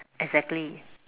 exactly